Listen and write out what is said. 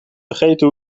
vergeten